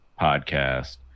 podcast